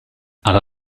alla